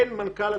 אין מנכ"ל לצבא.